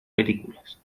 películas